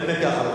אני אומר ככה,